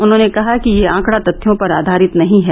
उन्होंने कहा कि यह आंकड़ा तथ्यों पर आधारित नहीं है